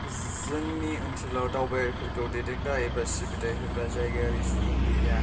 जोंनि ओनसोलाव दावबायारिफोरखौ दैदेनग्रा एबा सिबिथाय होग्रा जायगायारि सुबुं गैया